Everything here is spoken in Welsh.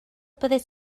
byddet